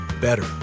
better